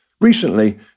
Recently